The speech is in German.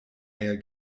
eier